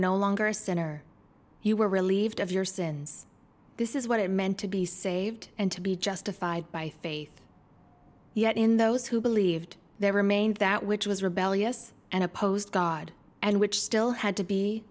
no longer center you were relieved of your sins this is what it meant to be saved and to be justified by faith yet in those who believed they remained that which was rebellious and opposed god and which still had to be